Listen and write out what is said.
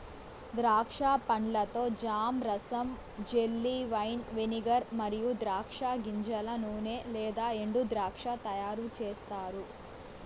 ద్రాక్ష పండ్లతో జామ్, రసం, జెల్లీ, వైన్, వెనిగర్ మరియు ద్రాక్ష గింజల నూనె లేదా ఎండుద్రాక్ష తయారుచేస్తారు